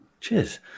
Cheers